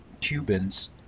Cubans